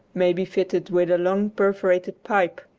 may be fitted with a long perforated pipe,